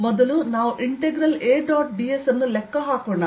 ಮೊದಲು ನಾವು integral A dot ds ಅನ್ನು ಲೆಕ್ಕ ಹಾಕೋಣ